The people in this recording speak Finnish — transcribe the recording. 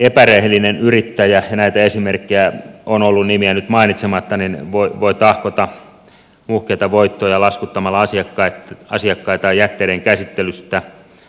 epärehellinen yrittäjä ja näitä esimerkkejä on ollut nimiä nyt mainitsematta voi tahkota muhkeita voittoja laskuttamalla asiakkaita jätteidenkäsittelystä